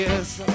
Yes